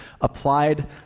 applied